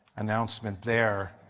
announcement there.